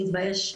מספיק להתבייש,